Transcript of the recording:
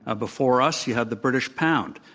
ah before us, you had the british pound,